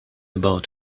about